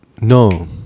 no